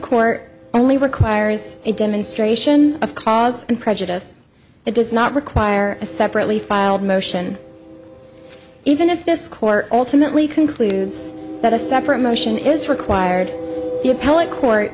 court only requires a demonstration of cause and prejudice that does not require a separately filed motion even if this court ultimately concludes that a separate motion is required the appellate court